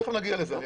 תכף נגיע לזה.